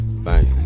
Bang